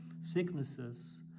sicknesses